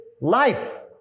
life